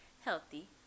healthy